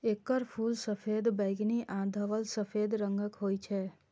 एकर फूल सफेद, बैंगनी आ धवल सफेद रंगक होइ छै